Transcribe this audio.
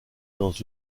dans